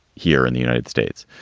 here in the united states.